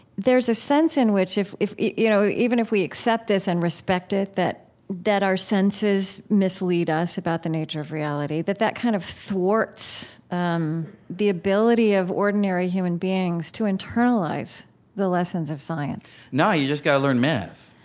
there's a sense in which, if if you know even if we accept this and respect it, that that our senses mislead us about the nature of reality, that that kind of thwarts um the ability of ordinary human beings to internalize the lessons of science no, you've just got to learn math